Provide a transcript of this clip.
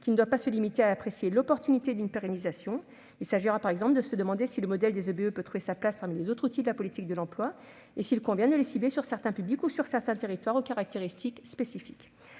qui ne doit pas se limiter à apprécier l'opportunité d'une pérennisation ; il s'agira par exemple de se demander si le modèle des entreprises à but d'emploi peut trouver sa place parmi les autres outils de la politique de l'emploi et s'il convient de le cibler sur certains publics ou sur certains territoires aux caractéristiques spécifiques.